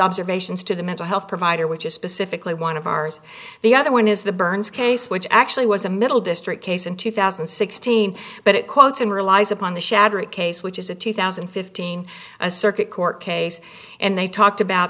observations to the mental health provider which is specifically one of ours the other one is the burns case which actually was a middle district case in two thousand and sixteen but it quotes an relies upon the shattering case which is a two thousand and fifteen a circuit court case and they talked about